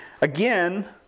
again